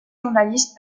journaliste